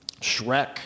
Shrek